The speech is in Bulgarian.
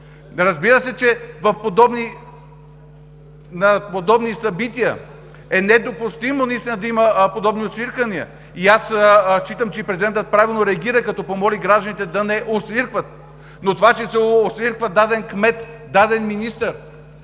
Разбира се, че на подобни събития е недопустимо наистина да има освирквания и аз считам, че президентът правилно реагира, като помоли гражданите да не освиркват. Но това, че се освирква даден кмет, даден министър,